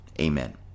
Amen